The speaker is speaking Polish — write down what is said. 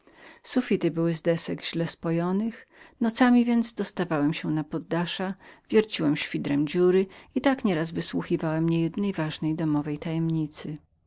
sufity były z desek źle spojonych nocami więc dostawałem się na poddasza wierciłem świdrem dziury i tak nieraz wysłuchałem nie jedną ważną domową tajemnicę